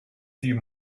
few